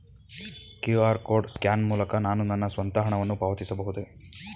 QR code scan ಮೂಲಕ ನಾನು ನನ್ನ ಸ್ವಂತ ಹಣವನ್ನು ಪಾವತಿಸಬಹುದೇ?